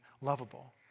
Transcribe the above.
lovable